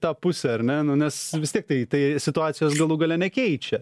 tą pusę ar ne nu nes vis tiek tai tai situacijos galų gale nekeičia